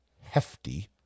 hefty